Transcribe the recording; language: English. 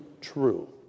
true